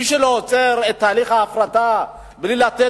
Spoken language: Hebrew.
מי שלא עוצר את תהליך ההפרטה בלי לתת